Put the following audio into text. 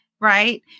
right